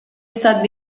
estat